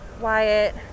Wyatt